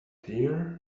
here